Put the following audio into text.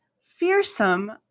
fearsome